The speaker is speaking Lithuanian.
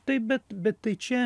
taip bet bet tai čia